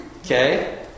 Okay